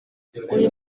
uyu